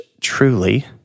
truly